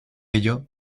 ello